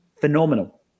phenomenal